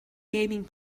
gaming